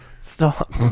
Stop